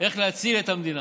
איך להציל את המדינה,